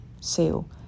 sale